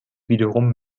wiederum